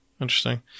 interesting